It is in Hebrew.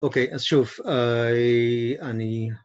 ‫אוקיי, אז שוב, אני...